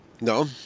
No